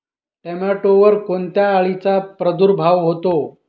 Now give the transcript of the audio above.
टोमॅटोवर कोणत्या अळीचा प्रादुर्भाव होतो?